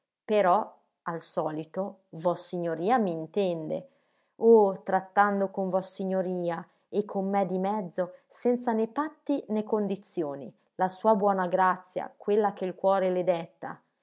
però al solito vossignoria m'intende oh trattando con vossignoria e con me di mezzo senza né patti né condizioni la sua buona grazia quello che il cuore le detta